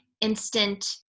instant